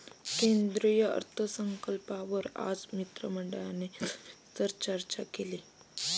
केंद्रीय अर्थसंकल्पावर आज मंत्रिमंडळाने सविस्तर चर्चा केली